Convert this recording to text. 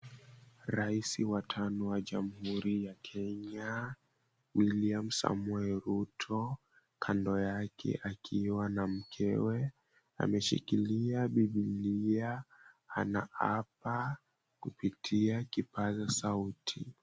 Rais wa tano wa Jamhuri ya Kenya Wiliam Samoei Ruto. Kando yake akiwa na mkewe, ameshikilia Bibilia anaapa kupitia kipaaza sauti.